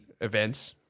events